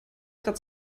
grad